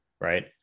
Right